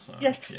Yes